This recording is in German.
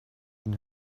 den